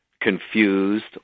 confused